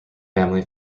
family